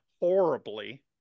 horribly